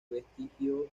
vestigios